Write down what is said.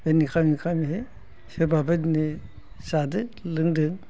बिदिनो खालामै खालामैहाय सोरबा बेबायदिनो जादो लोंदो